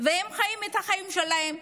והם חיים את החיים שלהם,